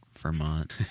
Vermont